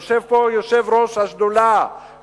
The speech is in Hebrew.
יושב פה יושב-ראש השדולה,